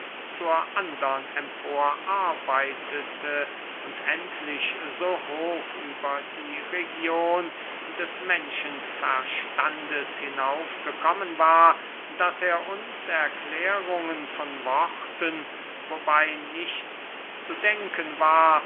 zur andern empor arbeitete und endlich so hoch über die region des menschenverstandes hinauf gekommen war daß er uns erklärungen von worten wobey nichts zu denken war